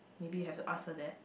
maybe you have to ask her that